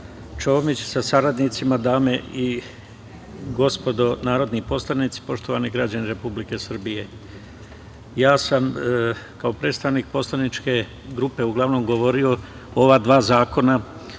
Čomić sa saradnicima, dame i gospodo narodni poslanici, poštovani građani Republike Srbije, ja sam kao predstavnik poslaničke grupe uglavnom govorio o ova dva zakona